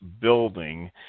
building